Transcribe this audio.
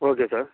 okay sir